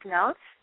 notes